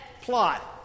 plot